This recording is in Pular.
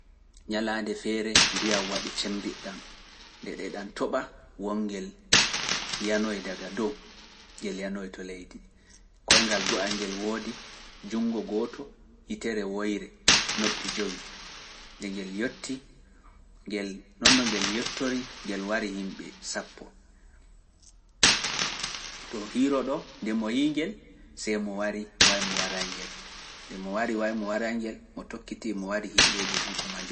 Ñalaande feere ndiyam waɗi cemmbiɗɗam nde ɗeɗam toɓa wonngel yanoyi daga dow, ngel yanoyi to leydi, koyngal go’al ngel woodi junngo gooto hitere woyre noppi jowi nde mo wari way mo wara njel, mo tokkiti mo wari yimɓeji hanko maa jooni.